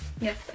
Yes